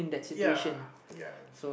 ya ya